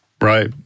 Right